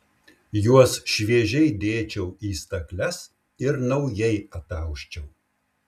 juos šviežiai dėčiau į stakles ir naujai atausčiau